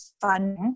fun